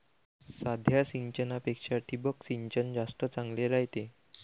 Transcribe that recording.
साध्या सिंचनापेक्षा ठिबक सिंचन जास्त चांगले रायते